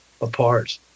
apart